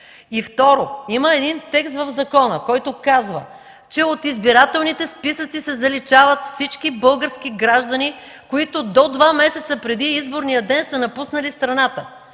И, второ – има един текст в закона, който казва, че от избирателните списъци се заличават всички български граждани, които до два месеца преди изборния ден са напуснали страната.